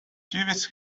jeeves